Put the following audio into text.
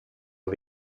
och